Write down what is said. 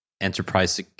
enterprise